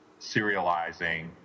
serializing